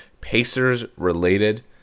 Pacers-related